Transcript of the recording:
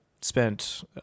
spent